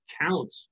count